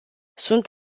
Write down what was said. sunt